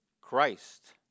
Christ